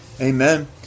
Amen